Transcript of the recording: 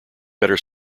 better